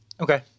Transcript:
Okay